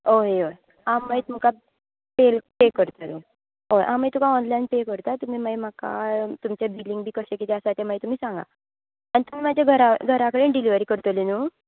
हय हय आं मागीर तुमकां पे पे करतलें हय हांव मागीर तुका ऑनलायन पे करतां तुमी मागीर म्हाका तुमचें बिलींग बी कशे कितें आसा ते तुमी सांगात तुमी म्हाज्या घरा घरा कडेन डिलीवरी करतलें न्हू